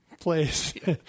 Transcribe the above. place